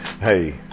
hey